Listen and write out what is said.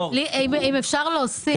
אם אפשר להוסיף.